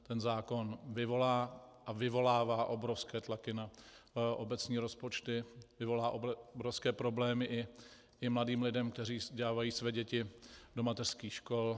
Ten zákon vyvolá a vyvolává obrovské tlaky na obecní rozpočty, vyvolá obrovské problémy i mladým lidem, kteří dávají své děti do mateřských škol.